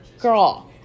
girl